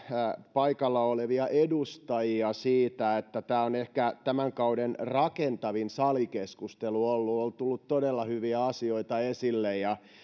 paikalla olevia edustajia siitä että tämä on ehkä tämän kauden rakentavin salikeskustelu ollut on tullut todella hyviä asioita esille ja